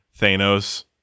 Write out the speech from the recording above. Thanos